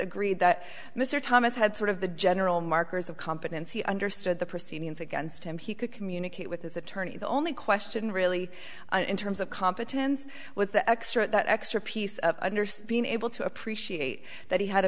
agree that mr thomas had sort of the general markers of competency understood the proceedings against him he could communicate with his attorney the only question really in terms of competence with the extra that extra piece of understood being able to appreciate that he had a